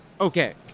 Okay